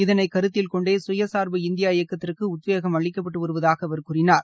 இதனைக் கருத்தில் கொண்டே குயசாா்பு இந்தியா இயக்கத்திற்கு உத்வேகம் அளிக்கப்பட்டு வருவதாக அவர் கூறினார்